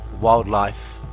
wildlife